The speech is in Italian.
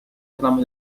trama